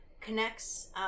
connects